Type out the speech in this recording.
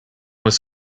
was